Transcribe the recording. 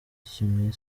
kimwe